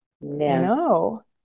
No